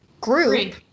Group